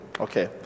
Okay